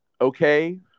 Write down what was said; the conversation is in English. okay